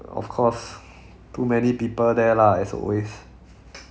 of course too many people there lah as always